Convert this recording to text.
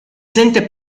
sente